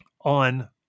on